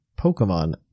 Pokemon